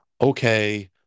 okay